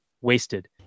wasted